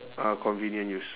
ah convenient use